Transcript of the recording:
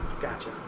Gotcha